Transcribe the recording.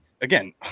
again